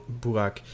Burak